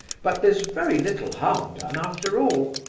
but there's very little harm done, after all.